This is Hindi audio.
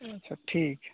अच्छा ठीक है